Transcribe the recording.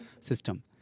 system